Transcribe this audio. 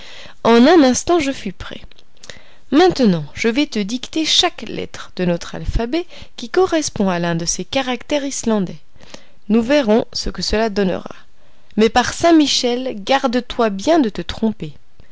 en un instant je fus prêt maintenant je vais te dicter chaque lettre de notre alphabet qui correspond à l'un de ces caractères islandais nous verrons ce que cela donnera mais par saint michel garde-toi bien de te tromper